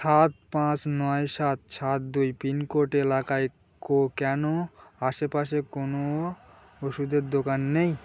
সাত পাঁচ নয় সাত সাত দুই পিনকোড এলাকায় কো কেন আশেপাশে কোনও ওষুধের দোকান নেই